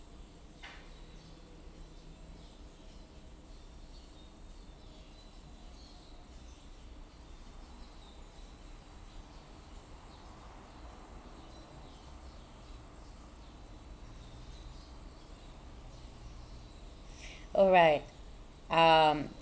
alright uh